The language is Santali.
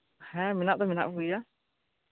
ᱦᱮᱸ ᱢᱮᱱᱟᱜ ᱫᱚ ᱢᱮᱱᱟᱜ ᱠᱚᱜᱮᱭᱟ